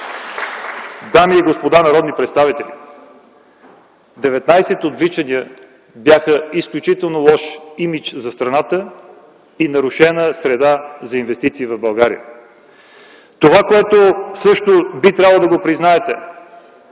дами и господа народни представители, 19 отвличания бяха изключително лош имидж за страната и нарушена среда за инвестиции в България. Това, което също би трябвало да признаете,